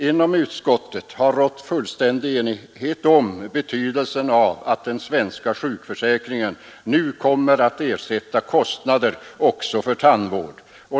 Inom utskottet har det rått fullständig enighet om betydelsen av att den svenska sjukförsäkringen nu skall ersätta kostnader också för tandvård.